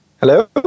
Hello